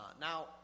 Now